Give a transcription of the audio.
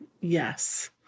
Yes